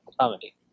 comedy